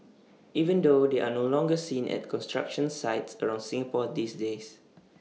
even though they're no longer seen at construction sites around Singapore these days